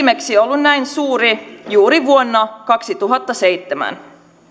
viimeksi ollut näin suuri juuri vuonna kaksituhattaseitsemän